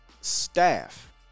staff